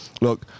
look